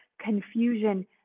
confusion